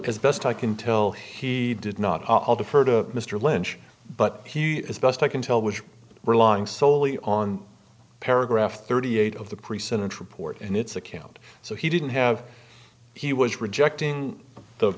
as best i can tell he did not i'll defer to mr lynch but he as best i can tell was relying solely on paragraph thirty eight of the pre sentence report and its account so he didn't have he was rejecting the